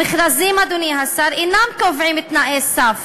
המכרזים, אדוני השר, אינם קובעים תנאי סף